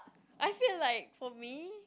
I feel like for me